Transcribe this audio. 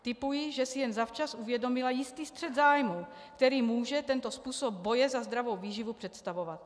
Tipuji, že si jen zavčas uvědomila jistý střet zájmů, který může tento způsob boje za zdravou výživu představovat.